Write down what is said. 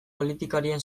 politikarien